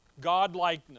godlikeness